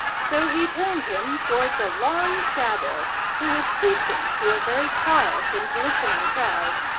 so he turned him towards a long shadow, who was preaching to a very quiet and listening crowd.